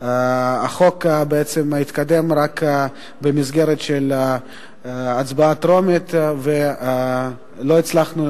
החוק התקדם רק במסגרת של הצבעה טרומית ולא הצלחנו,